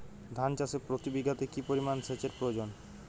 ধান চাষে প্রতি বিঘাতে কি পরিমান সেচের প্রয়োজন?